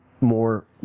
more